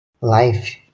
life